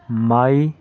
ꯃꯥꯏ